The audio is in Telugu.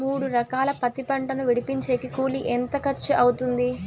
మూడు ఎకరాలు పత్తి పంటను విడిపించేకి కూలి ఎంత ఖర్చు అవుతుంది?